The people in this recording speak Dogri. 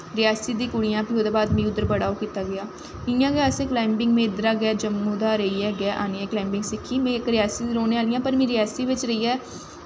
रियासी दी कुड़ियां फ्ही मीं उद्धर बड़ा ओह् कीता गेआ इ'यां गै असें कलाईंबिंग जम्मू दा आनियैं गै कलाईंबिंग सिक्खी में इक रियासी दी रौंह्ने आह्ली आं पर में रियासी बिच्च रेहियै